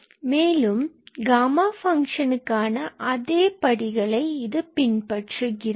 மேலும் இது காமா ஃபங்ஷனுக்கான அதே படிகளை பின்பற்றுகிறது